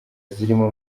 zirimo